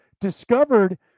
discovered